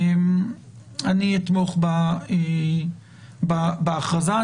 אני אתמוך בהכרזה.